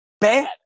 bad